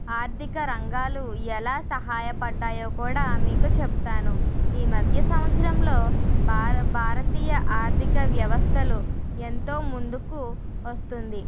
ఆర్థిక రంగాలు ఎలా సహాయ పడ్డాయో కూడా మీకు చెప్తాను ఈ మధ్య సంవత్సరంలో భారతీయ ఆర్థిక వ్యవస్థలో ఎంతో ముందుకు వస్తుంది